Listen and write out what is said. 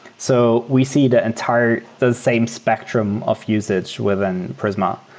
so we see the entire the same spectrum of usage within prisma.